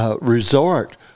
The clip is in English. Resort